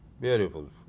Beautiful